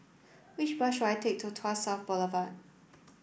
which bus should I take to Tuas South Boulevard